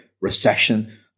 Recession